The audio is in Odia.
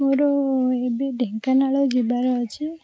ମୋର ଏବେ ଢେଙ୍କାନାଳ ଯିବାର ଅଛି